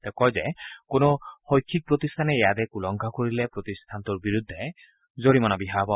তেওঁ কয় যে কোনো শিক্ষা প্ৰতিষ্ঠানে এই আদেশ উলংঘা কৰিলে প্ৰতিষ্ঠানটোৰ বিৰুদ্ধে জৰিমণা বিহা হ'ব